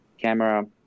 camera